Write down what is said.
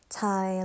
Thai